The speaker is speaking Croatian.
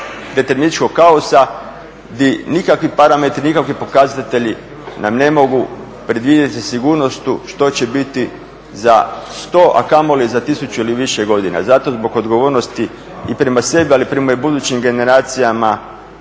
područje … kaosa gdje nikakvi parametri, nikakvi pokazatelji nam ne mogu predvidjeti sa sigurnošću što će biti za sto, a kamoli za tisuću ili više godina. Zato zbog odgovornosti i prema sebi, ali i prema budućim generacijama